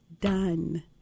done